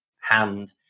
hand